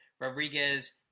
Rodriguez